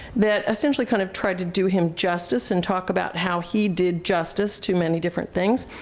that essentially kind of tried to do him justice and talk about how he did justice to many different things.